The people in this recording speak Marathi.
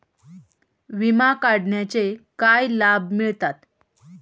विमा काढण्याचे काय लाभ मिळतात?